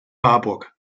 marburg